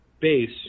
base